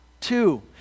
two